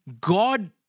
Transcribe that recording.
God